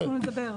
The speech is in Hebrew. אנחנו נדבר.